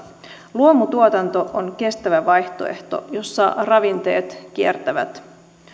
luomutuotanto on kestävä vaihtoehto jossa ravinteet kiertävät